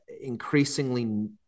increasingly